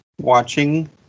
watching